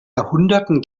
jahrhunderten